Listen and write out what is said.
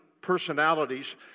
personalities